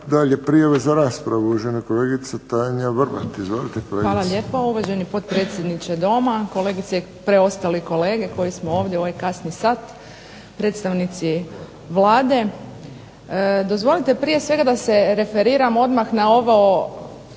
kolegice. **Vrbat Grgić, Tanja (SDP)** Hvala lijepo uvaženi potpredsjedniče Doma, kolegice i preostali kolege koji smo ovdje u ovaj kasni sat, predstavnici Vlade. Dozvolite prije svega da se referiram odmah na ovaj